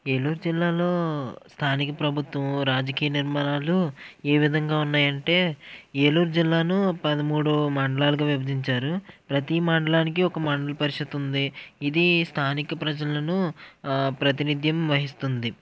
ఏలూరు జిల్లాలో స్థానిక ప్రభుత్వం రాజకీయ నిర్మాణాలు ఏ విధంగా ఉన్నాయంటే ఏలూరు జిల్లాను పదమూడు మండలాలకు విభజించారు ప్రతి మండలానికి ఒక మండల పరిషత్ ఉంది ఇది స్థానిక ప్రజలను ప్రాతినిధ్యం వహిస్తుంది